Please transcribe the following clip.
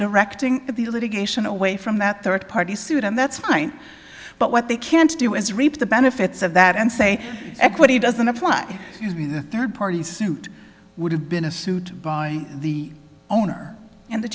directing the litigation away from that third party suit and that's fine but what they can't do is reap the benefits of that and say equity doesn't apply third party suit would have been a suit by the owner and the